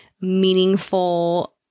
meaningful